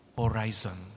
horizon